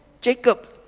Jacob